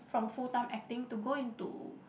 from full time acting to go into